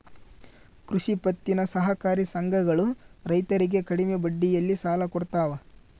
ಕೃಷಿ ಪತ್ತಿನ ಸಹಕಾರಿ ಸಂಘಗಳು ರೈತರಿಗೆ ಕಡಿಮೆ ಬಡ್ಡಿಯಲ್ಲಿ ಸಾಲ ಕೊಡ್ತಾವ